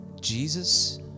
Jesus